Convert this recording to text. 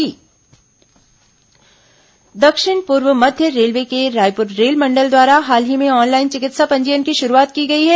railway चिकित्सा पंजीयन दक्षिण पूर्व मध्य रेलवे के रायपुर रेलमंडल द्वारा हाल ही में ऑनलाइन चिकित्सा पंजीयन की शुरूआत की गई है